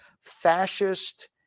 fascist